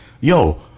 yo